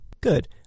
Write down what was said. Good